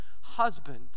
husband